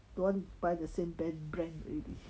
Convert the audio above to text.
don't want buy the same brand brand already